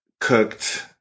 cooked